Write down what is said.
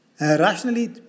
rationally